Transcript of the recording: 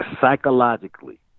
Psychologically